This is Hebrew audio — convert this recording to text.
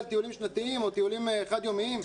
טיולים שנתיים או טיולים חד יומיים?